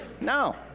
No